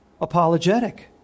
apologetic